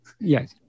Yes